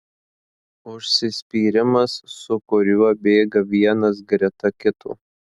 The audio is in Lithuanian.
užsispyrimas su kuriuo bėga vienas greta kito